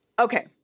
Okay